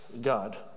God